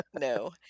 No